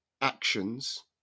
actions